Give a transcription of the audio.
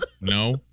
No